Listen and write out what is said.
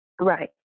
Right